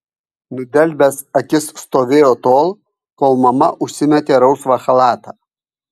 nudelbęs akis stovėjo tol kol mama užsimetė rausvą chalatą